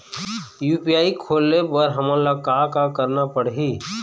UPI खोले बर हमन ला का का करना पड़ही?